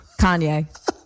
Kanye